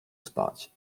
spać